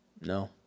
No